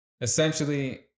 essentially